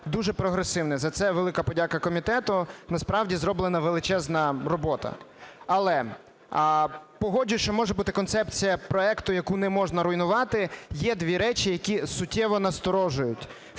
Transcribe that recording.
дуже прогресивний. За це велика подяка комітету, насправді зроблена величезна робота. Але погоджуюсь, що може бути концепція проекту, яку неможна руйнувати. Є дві речі, які суттєво насторожують,